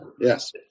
Yes